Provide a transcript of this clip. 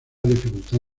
dificultad